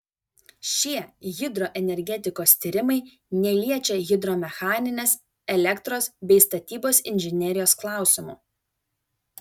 šie hidroenergetikos tyrimai neliečia hidromechaninės elektros bei statybos inžinerijos klausimų